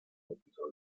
episodio